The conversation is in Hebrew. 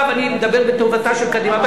עכשיו אני מדבר בטובתה של קדימה.